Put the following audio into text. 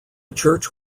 church